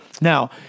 Now